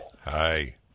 Hi